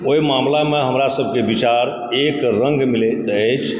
ओहि मामलामे हमरा सबकेँ विचार एक रङ्ग मिलैत अछि